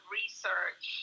research